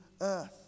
earth